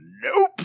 nope